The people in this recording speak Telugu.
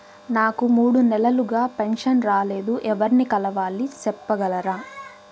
నాకు మూడు నెలలుగా పెన్షన్ రాలేదు ఎవర్ని కలవాలి సెప్పగలరా?